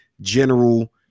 general